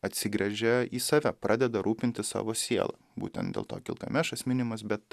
atsigręžia į save pradeda rūpintis savo siela būtent dėl to gilgamešas minimas bet